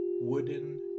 wooden